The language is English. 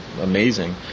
amazing